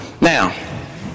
Now